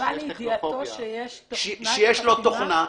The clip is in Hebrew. יש טכנופוביה.